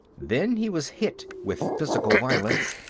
then he was hit, with physical violence,